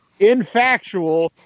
infactual